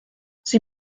sie